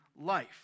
life